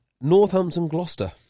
Northampton-Gloucester